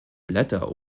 blätter